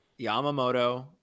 Yamamoto